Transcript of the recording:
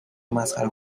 مسخره